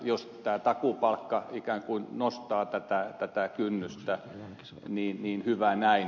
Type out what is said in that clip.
jos tämä takuupalkka ikään kuin nostaa tätä kynnystä niin hyvä näin